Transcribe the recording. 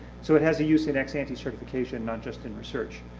so it has a use in ex-ante certification, not just in research,